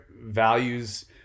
values